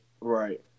Right